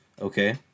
okay